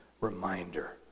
reminder